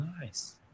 Nice